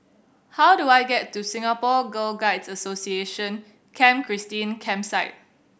how do I get to Singapore Girl Guides Association Camp Christine Campsite